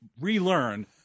relearn